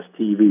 TV